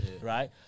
right